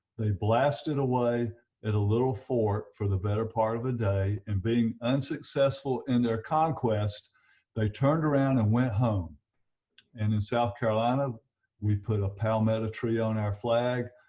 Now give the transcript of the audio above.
they blasted away at a little fort for the better part of the day and being unsuccessful in their conquest they turned around and went home and in south carolina we put a palmetto tree on our flag